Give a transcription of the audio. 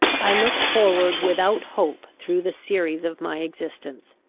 i looked forward without hope through the series of my existence,